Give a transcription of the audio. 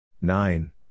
Nine